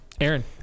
Aaron